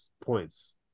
points